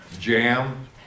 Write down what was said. jam